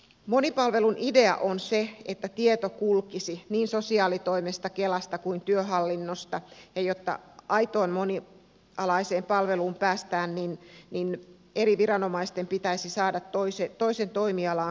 monipalvelun idea on se että tieto kulkisi niin sosiaalitoimesta kelasta kuin työhallinnosta ja jotta aitoon monialaiseen palveluun päästään niin eri viranomaisten pitäisi saada toisen toimialaan kuuluvaa tietoa